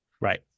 Right